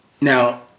Now